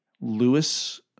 Lewis